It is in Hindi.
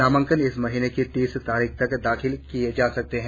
नामांकन इस महीने की तीस तारीख तक दाखिल किये जा सकते है